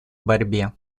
борьбе